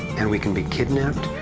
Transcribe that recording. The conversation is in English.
and we can be kidnapped,